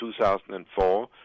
2004